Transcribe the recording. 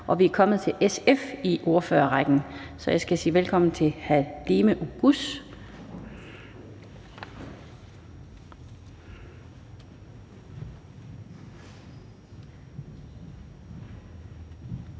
Vi er kommet til SF i ordførerrækken. Så jeg skal sige velkommen til fru Halime Oguz.